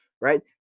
right